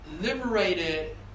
liberated